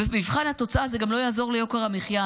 במבחן התוצאה זה גם לא יעזור ליוקר המחיה,